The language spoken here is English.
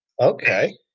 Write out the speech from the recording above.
Okay